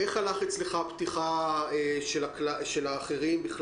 אצלך הפתיחה של האחרים?